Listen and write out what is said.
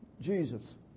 Jesus